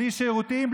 בלי שירותים,